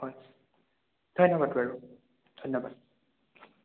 হয় ধন্যবাদ বাৰু ধন্যবাদ